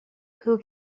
who